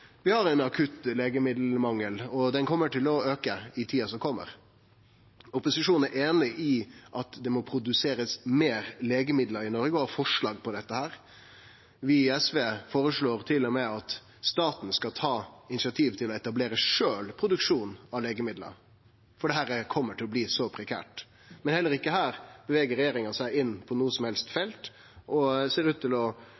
Vi har ein akutt legemiddelmangel, som kjem til å auke i tida som kjem. Opposisjonen er einig i at det må produserast meir legemiddel i Noreg, og har forslag om det. Vi i SV føreslår til og med at staten skal ta initiativ til sjølv å etablere produksjon av legemiddel, for dette kjem til å bli prekært. Men heller ikkje her beveger regjeringa seg inn på noko som helst felt. Ho ser ut til å